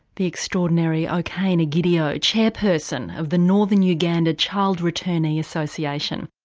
the extraordinary okeny egidio, chairperson of the northern uganda child returnee association.